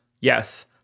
Yes